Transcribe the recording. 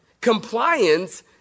Compliance